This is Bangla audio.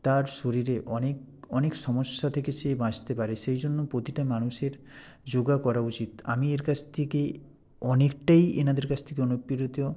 তার শরীরে অনেক অনেক সমস্যা থেকে সে বাঁচতে পারে সেই জন্য প্রতিটা মানুষের যোগা করা উচিত আমি এর কাছ থেকে অনেকটাই এনাদের কাছ থেকে অনুপ্রেরিত